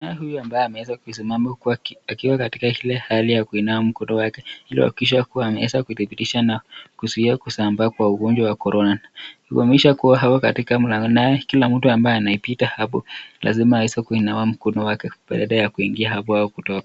Naye huyu ambaye ameweza kusimama huku akiwa katika hali ya kuinawa mkono wake, ili kuhakikisha kuwa ameweza kuidhibitisha na kuzuia kusambaa kwa ugonjwa wa corona kufahamisha kua akiwa katika mlango naye kila mtu ambaye anaye pita hapo lazima aweze kuinawa mkono wake baada ya kuingia hapo ama kutoka.